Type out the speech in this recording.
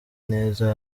neza